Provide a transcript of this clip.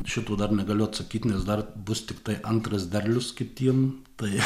šito dar negaliu atsakyt nes dar bus tiktai antras derlius kitiem tai